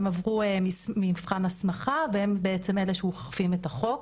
הם עברו מבחן הסמכה והם אלה שאוכפים את החוק.